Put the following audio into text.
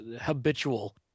habitual